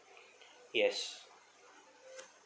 yes